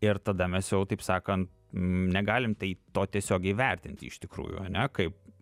ir tada mes jau taip sakant negalim tai to tiesiogiai vertinti iš tikrųjų ane kaip